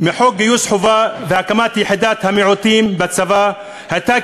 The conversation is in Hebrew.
חוק גיוס חובה והקמת יחידת המיעוטים בצבא הייתה